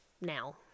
now